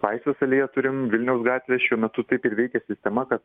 laisvės alėją turim vilniaus gatvėje šiuo metu taip ir veikia sistema ka